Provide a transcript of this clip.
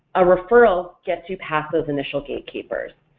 a referral gets you past those initial gatekeepers,